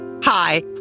Hi